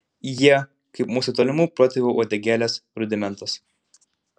jie kaip mūsų tolimų protėvių uodegėlės rudimentas